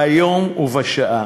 ביום ובשעה.